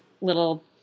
little